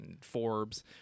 Forbes